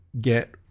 get